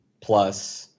plus